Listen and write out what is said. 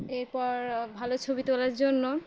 এরপর ভালো ছবি তোলার জন্য